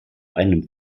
einem